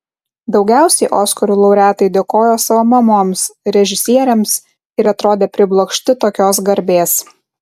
daugiausiai oskarų laureatai dėkojo savo mamoms režisieriams ir atrodė priblokšti tokios garbės